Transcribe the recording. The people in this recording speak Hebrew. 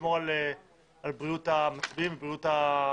לשמור על בריאות המצביעים ועל בריאות הוועדה.